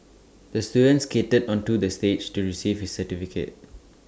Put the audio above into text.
the student skated onto the stage to receive his certificate